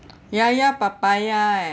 ya ya papaya eh